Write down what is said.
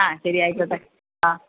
ആ ശരി ആയിക്കോട്ടെ ആ